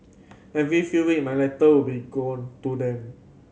every few week my letter would be go to them